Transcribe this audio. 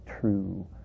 true